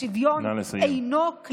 השוויון, נא לסיים.